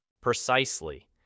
Precisely